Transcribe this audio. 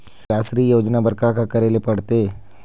निराश्री योजना बर का का करे ले पड़ते?